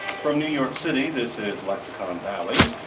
from new york city, this is lexicon valley.